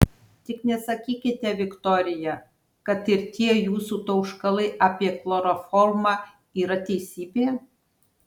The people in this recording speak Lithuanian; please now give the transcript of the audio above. tik nesakykite viktorija kad ir tie jūsų tauškalai apie chloroformą yra teisybė